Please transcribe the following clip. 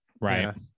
right